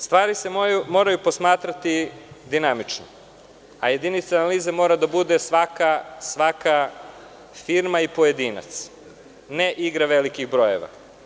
Stvari se moraju posmatrati dinamično, a jedinica analize mora da bude svaka firma i pojedinac, a ne igra velikih brojeva.